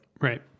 Right